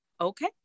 Okay